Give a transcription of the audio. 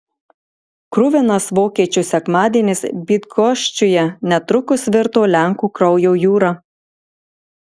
kruvinas vokiečių sekmadienis bydgoščiuje netrukus virto lenkų kraujo jūra